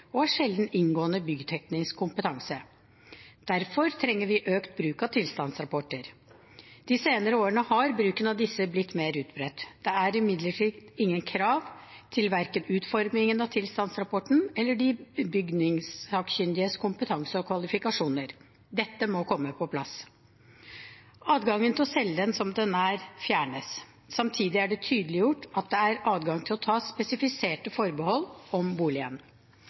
og har sjelden inngående byggteknisk kompetanse. Derfor trenger vi økt bruk av tilstandsrapporter. De senere årene har bruken av disse blitt mer utbredt. Det er imidlertid ingen krav til verken utformingen av tilstandsrapporten eller de bygningssakkyndiges kompetanse og kvalifikasjoner. Dette må komme på plass. Adgangen til å selge boligen «som den er», fjernes. Samtidig er det tydeliggjort at det er adgang til å ta spesifiserte forbehold om boligen.